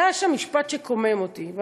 אבל היה שם משפט שקומם אותי.